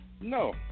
no